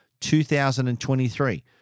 2023